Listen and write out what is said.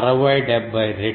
60 70 రెట్లు